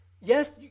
yes